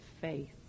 Faith